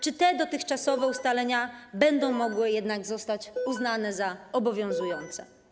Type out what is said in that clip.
Czy te dotychczasowe ustalenia będą mogły jednak zostać uznane za obowiązujące?